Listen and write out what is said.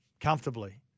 comfortably